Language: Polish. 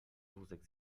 wózek